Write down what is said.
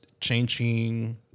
changing